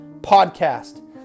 podcast